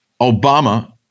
Obama